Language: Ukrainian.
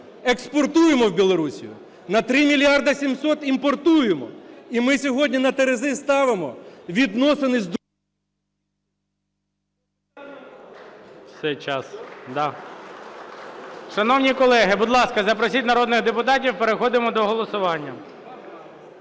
експортуємо в Білорусію, на 3 мільярди 700 імпортуємо. І ми сьогодні на терези ставимо відносини…